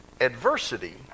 Adversity